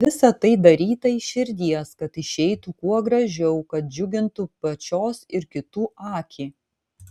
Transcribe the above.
ir visa tai daryta iš širdies kad išeitų kuo gražiau kad džiugintų pačios ir kitų akį